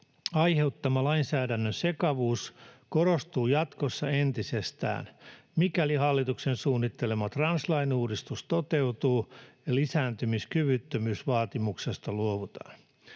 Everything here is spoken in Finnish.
aiheuttama lainsäädännön sekavuus korostuu jatkossa entisestään, mikäli hallituksen suunnittelema translain uudistus toteutuu ja lisääntymiskyvyttömyysvaatimuksesta luovutaan.